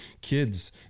kids